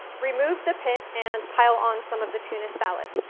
remove the pit and pile on some of the tuna salad.